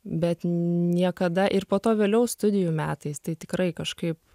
bet niekada ir po to vėliau studijų metais tai tikrai kažkaip